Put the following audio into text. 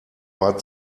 war